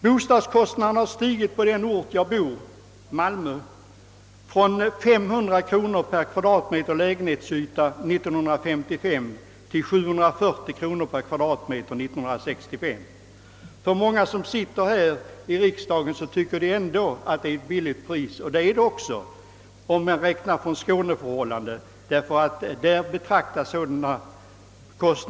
I Malmö, där jag bor, har bostadskostnaderna stigit från 500 kronor per kvadratmeter lägenhetsyta år 1955 till 740 kronor per kvadratmeter år 1965. Många som sitter här i riksdagen tycker ändå att det är billigt, och det är det också om man räknar efter skåneförhållanden där dessa kostnader betraktas som fördelaktiga.